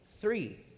Three